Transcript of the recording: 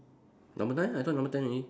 number nine I thought number ten already